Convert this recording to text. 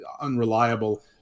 unreliable